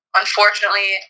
unfortunately